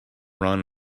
run